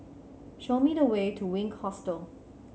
show me the way to Wink Hostel